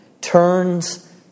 turns